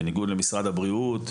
בניגוד למשרד הבריאות,